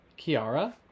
Kiara